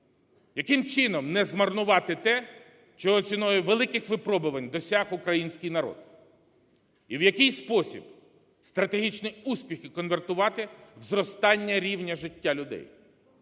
Яким чином не змарнувати те, чого ціною великих випробувань досяг український народ? І в який спосіб стратегічний успіх конвертувати в зростання рівня життя людей?